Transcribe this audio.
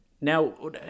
Now